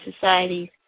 societies